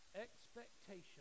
expectation